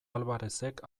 alvarerezek